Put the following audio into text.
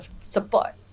support